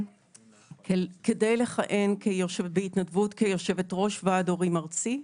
כדי לכהן בהתנדבות כיו"ר ועד הורים ארצי.